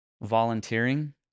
Volunteering